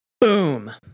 Boom